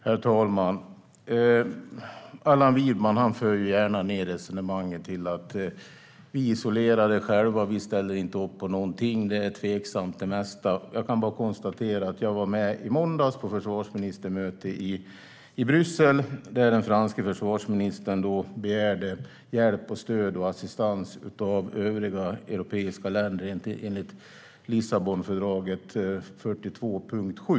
Herr talman! Allan Widman för gärna ned resonemanget till att vi är isolerade och inte ställer upp på någonting, och att det mesta är tveksamt. I måndags var jag på försvarsministermöte i Bryssel där den franske försvarsministern begärde hjälp, stöd och assistans av övriga europeiska länder enligt Lissabonfördraget 42.7.